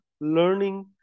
learning